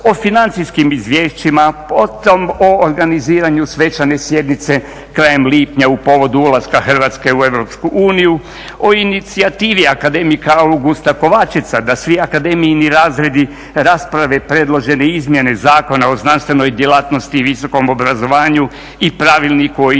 o financijskim izvješćima, potom o organiziranju svečane sjednice krajem lipnja u povodu ulaska Hrvatske u EU, o inicijativi akademika Augusta Kovačeca da svi akademijini razredi rasprave predložene izmjene Zakona o znanstvenoj djelatnosti i visokom obrazovanju i Pravilniku o izmjenama